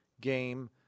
game